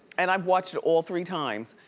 and i've watched it all three times.